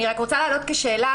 אני רוצה להעלות כשאלה,